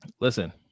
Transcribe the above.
listen